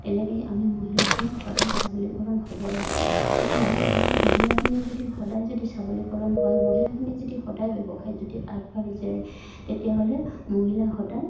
তেনেকৈয়ে আমি মহিলাখিনি সদায় সবলীকৰণ হ'ব লাগে আৰু মহিলা ঘৰৰ মহিলাখিনি যদি সদায় যদি সবলীকৰণ হয় মহিলাখিনি যদি সদায় ব্যৱসায় যদি আগবাঢ়ি যায় তেতিয়াহ'লে মহিলা সদায়